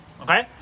Okay